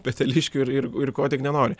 peteliškių ir ir ir ko tik nenori